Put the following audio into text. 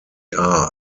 are